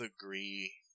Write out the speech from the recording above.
agree